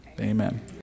amen